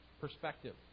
perspective